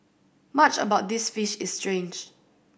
much about this fish is strange